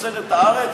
תוצרת הארץ,